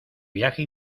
viaje